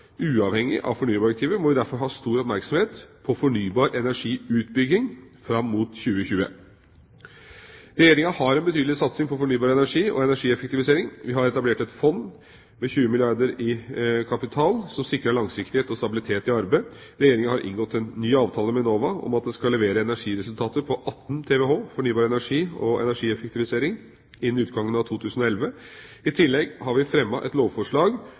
Uavhengig av fornybardirektivet må vi derfor ha stor oppmerksomhet på fornybar energiutbygging fram mot 2020. Regjeringa har en betydelig satsing på fornybar energi og energieffektivisering. Vi har etablert et fond, med 20 milliarder kr i kapital, som sikrer langsiktighet og stabilitet i arbeidet. Regjeringa har inngått en ny avtale med Enova om at en skal levere energiresultater på 18 TWh fornybar energi og energieffektivisering innen utgangen av 2011. I tillegg har vi fremmet et lovforslag